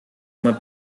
uma